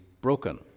broken